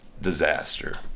disaster